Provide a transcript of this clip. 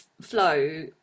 flow